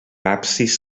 absis